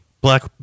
Black